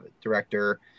director